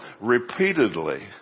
repeatedly